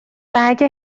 اگه